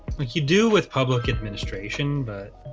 like you do with public administration but